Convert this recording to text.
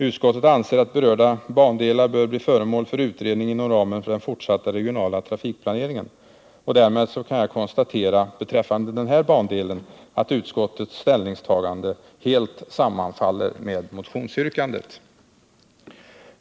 Utskottet anser att berörda bandelar bör bli föremål för utredning inom ramen för den fortsatta regionala trafikplaneringen. Därmed kan jag konstatera att utskottets ställningstagande sammanfaller med motionsyrkandet.